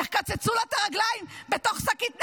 איך קצצו לה את הרגליים בתוך שקית ניילון.